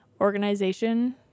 organization